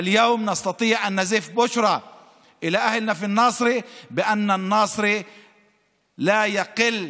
והיום אנו יכולים לבשר לבני עמנו בנצרת שנצרת ראויה לא פחות.